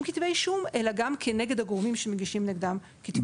שמגישים כתבי אישום אלא גם כנגד הגורמים שמגישים נגדם כתבי אישום.